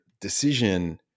decision